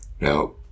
Now